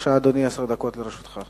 בבקשה, אדוני, עשר דקות לרשותך.